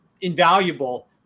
invaluable